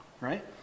Right